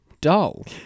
dull